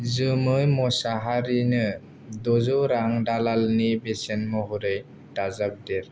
जोमै मसाहारिनो द'जौ रां दालालनि बेसेन महरै दाजाबदेर